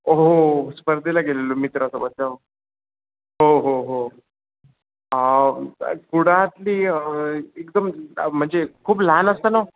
हो स्पर्धेला गेलेलो मित्रासोबत हो हो हो आ कुडातली एकदम म्हणजे खूप लहान असतं ना